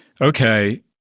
okay